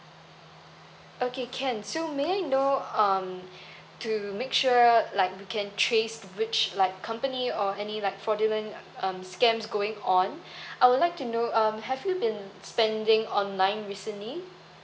okay can so may I know um to make sure like we can trace which like company or any like fraudulent um scams going on I would like to know um have you been spending online recently